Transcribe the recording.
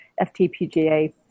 FTPGA